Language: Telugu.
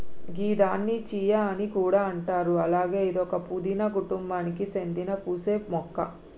గిదాన్ని చియా అని కూడా అంటారు అలాగే ఇదొక పూదీన కుటుంబానికి సేందిన పూసే మొక్క